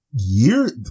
Year